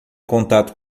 contato